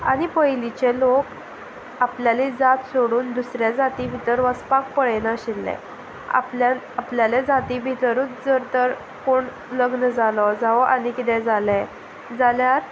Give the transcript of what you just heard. आनी पयलींचे लोक आपल्याली जात सोडून दुसऱ्या जाती भितर वचपाक पळयनाशिल्ले आपल्या आपल्याले जाती भितरूच जर तर कोण लग्न जालो जावं आनी किदें जालें जाल्यार